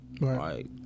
Right